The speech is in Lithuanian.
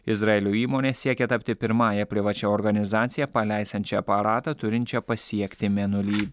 izraelio įmonė siekia tapti pirmąja privačia organizacija paleisiančia aparatą turinčią pasiekti mėnulį